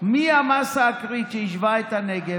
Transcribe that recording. מי המאסה הקריטית שיישבה את הנגב,